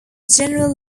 general